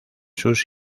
sus